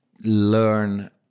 learn